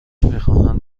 میخواهند